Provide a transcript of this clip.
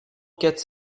quatre